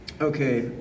okay